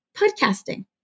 podcasting